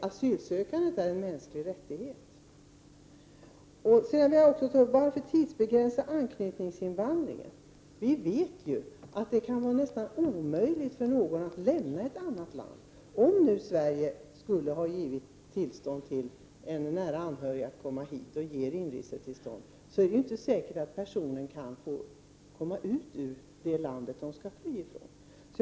Asylsökandet är en mänsklig rättighet. Jag vill också ta upp frågan om varför man skall tidsbegränsa anknytningsinvandringen. Vi vet ju att det kan vara nästan omöjligt för någon att lämna ett land. Om nu Sverige har gett inresetillstånd för en nära anhörig att komma hit är det inte säkert att personen kan komma ut ur det land som denne skall fly från.